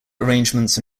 arrangements